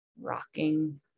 rocking